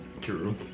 True